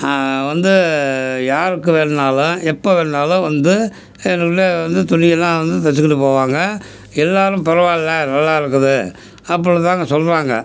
வந்து யாருக்கு வேணுனாலும் எப்போ வேணுனாலும் வந்து எங்கக்கிட்டே வந்து துணி எல்லாம் வந்து தைச்சிக்கிட்டு போவாங்க எல்லோரும் பரவாயில்ல நல்லா இருக்குது அப்புடிதாங்க சொல்வாங்க